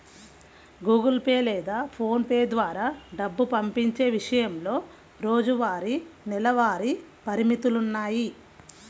Google Pay లేదా PhonePe ద్వారా డబ్బు పంపించే విషయంలో రోజువారీ, నెలవారీ పరిమితులున్నాయి